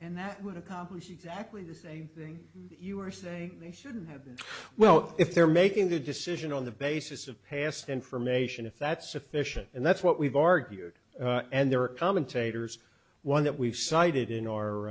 and that would accomplish exactly the same thing you were saying they shouldn't have been well if they're making the decision on the basis of past information if that's sufficient and that's what we've argued and there are commentators one that we've cited in o